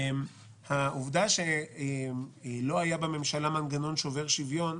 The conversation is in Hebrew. העובדה שלא היה בממשלה מנגנון שובר שוויון,